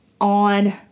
on